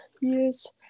yes